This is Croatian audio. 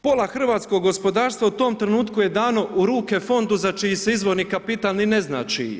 Pola hrvatskog gospodarstva u tom trenutku je dano u ruke Fondu za čiji se izvorni kapital ni ne zna čiji je.